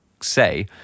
say